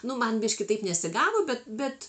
nu man biškį taip nesigavo bet bet